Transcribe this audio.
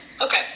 Okay